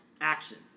Action